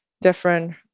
different